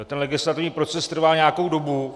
Ten legislativní proces trvá nějakou dobu.